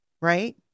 right